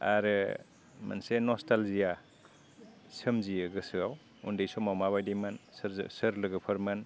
आरो मोनसे नस्थालजिया सोमजियो गोसोआव उन्दै समाव माबायदिमोन सोरजो सोर लोगोफोरमोन